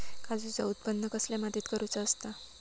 काजूचा उत्त्पन कसल्या मातीत करुचा असता?